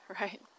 right